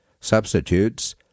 Substitutes